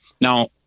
Now